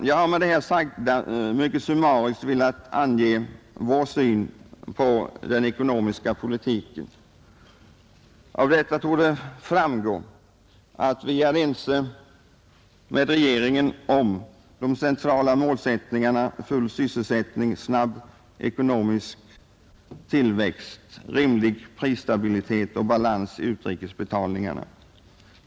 Jag har med det här sagda mycket summariskt velat ange vår syn på den ekonomiska politiken. Av detta torde framgå att vi är ense med regeringen om de centrala målsättningarna — full sysselsättning, snabb ekonomisk tillväxt, rimlig prisstabilitet och balans i utrikesbetalningarna.